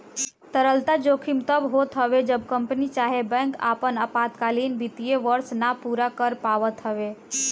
तरलता जोखिम तब होत हवे जब कंपनी चाहे बैंक आपन अल्पकालीन वित्तीय वर्ष ना पूरा कर पावत हवे